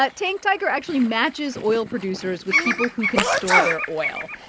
but tank tiger actually matches oil producers with people who can store their oil,